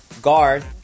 guard